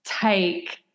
take